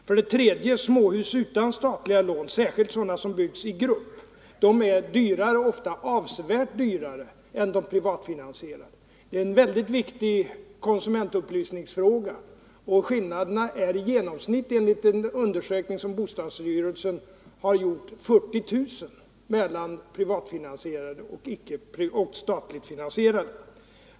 För det tredje är småhus utan statliga lån, särskilt sådana som byggs i grupp, ofta avsevärt dyrare än de privatfinansierade. Det är en väldigt viktig konsumentupplysningsfråga. Skillnaden i genomsnitt är, enligt en undersökning som bostadsstyrelsen har gjort, 40 000 kronor mellan privatfinansierade och statligt finansierade.